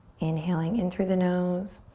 inhaling in through the nose.